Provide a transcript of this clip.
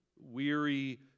weary